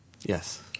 Yes